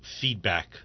feedback